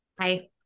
Hi